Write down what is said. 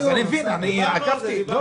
אני מבין, אני עקבתי.